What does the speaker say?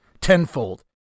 tenfold